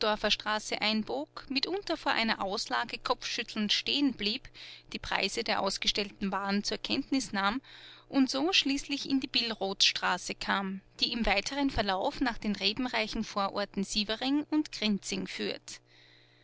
nußdorferstraße einbog mitunter vor einer auslage kopfschüttelnd stehen blieb die preise der ausgestellten waren zur kenntnis nahm und so schließlich in die billrothstraße kam die im weiteren verlauf nach den rebenreichen vororten sievering und grinzing führt